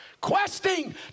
questing